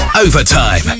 Overtime